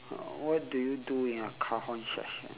what do you do in your cajon session